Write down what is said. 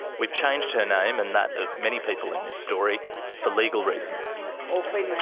we've changed her name and that of many people in this story for legal reasons.